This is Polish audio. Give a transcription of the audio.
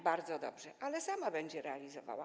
Bardzo dobrze, ale sama będzie je realizowała.